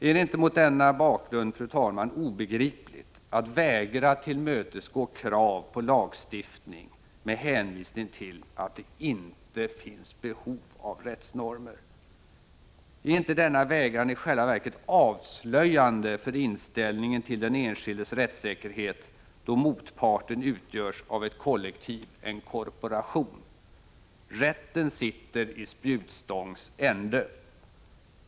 Är det inte mot denna bakgrund, fru talman, obegripligt att man från socialdemokratisk sida vägrar tillmötesgå krav på lagstiftning med hänvisning till att det inte finns behov av rättsnormer? Är inte denna vägran i själva verket avslöjande för inställningen till den enskildes rättssäkerhet då motparten utgörs av ett kollektiv, en korporation? Rätten sitter i spjutstångs ände.